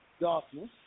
darkness